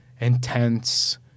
intense